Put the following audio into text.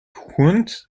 hunt